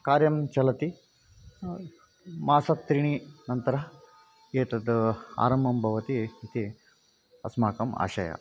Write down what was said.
कार्यं चलति मासत्रीणिः नन्तरम् एतद् आरम्भं भवति इति अस्माकम् आशयः